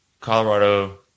Colorado